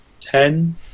ten